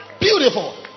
Beautiful